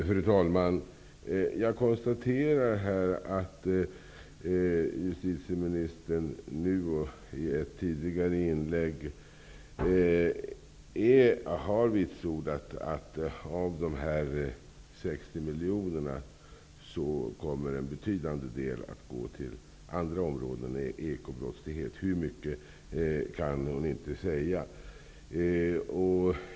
Fru talman! Jag konstaterar att justitieministern nu och i ett tidigare inlägg vitsordar att en betydande del av de 60 miljonerna kommer att gå till andra områden än ekobrottslighet. Men hon kan inte säga hur mycket.